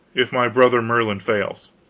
if my brother merlin fails.